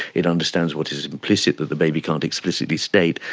it understands what is implicit that the baby can't explicitly state.